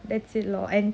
that's it lor and